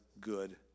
good